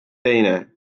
teine